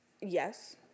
Yes